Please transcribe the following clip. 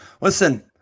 listen